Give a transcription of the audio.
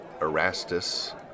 Erastus